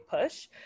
push